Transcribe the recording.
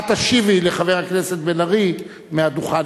את תשיבי לחבר הכנסת בן-ארי מהדוכן,